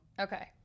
Okay